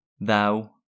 Thou